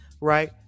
right